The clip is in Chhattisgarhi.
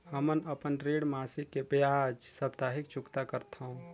हमन अपन ऋण मासिक के बजाय साप्ताहिक चुकता करथों